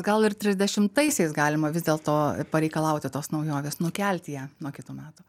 gal ir trisdešimtaisiais galima vis dėlto pareikalauti tos naujovės nukelti ją nuo kitų metų